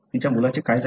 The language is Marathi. तिच्या मुलाचे काय झाले